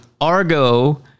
Argo